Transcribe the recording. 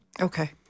Okay